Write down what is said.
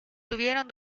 tuvieron